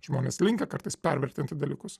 žmonės linkę kartais pervertinti dalykus